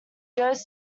goes